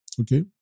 Okay